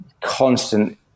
constant